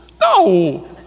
no